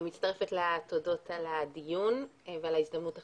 אני מצטרפת לתודות על קיום הדיון ועל ההזדמנות החשובה.